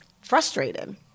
frustrated